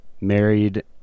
married